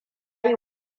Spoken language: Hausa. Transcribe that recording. yi